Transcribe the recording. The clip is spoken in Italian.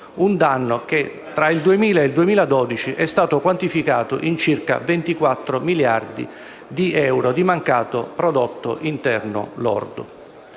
il Paese, che per il periodo 2000-2012 è stato quantificato in circa 24 miliardi di euro di mancato prodotto interno lordo.